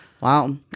Wow